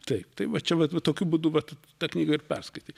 taip tai va čia vat va tokiu būdu vat tą knygą ir perskaitai